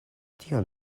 tion